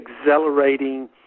accelerating